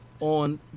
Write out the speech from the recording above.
on